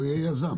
לא יהיה יזם